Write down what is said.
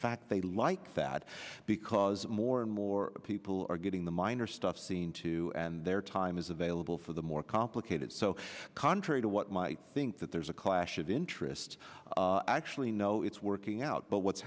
fact they like that because more and more people are getting the minor stuff seen to their time is available for the more complicated so contrary to what might think that there's a clash of interest actually no it's working out but what's